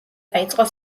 დაიწყო